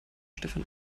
stefan